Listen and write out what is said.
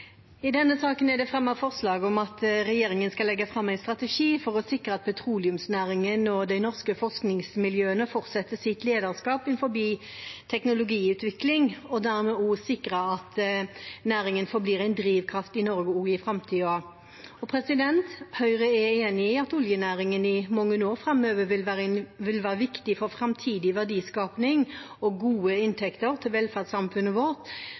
I denne saken er det fremmet forslag om at regjeringen skal legge fram en strategi for å sikre at petroleumsnæringen og de norske forskningsmiljøene fortsetter sitt lederskap innenfor teknologiutvikling, og dermed sikre at næringen forblir en drivkraft i Norge også i framtiden. Høyre er enig i at oljenæringen i mange år framover vil være viktig for framtidig verdiskaping og gode inntekter til velferdssamfunnet vårt.